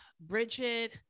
Bridget